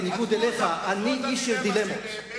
בניגוד לך, אני איש של דילמות.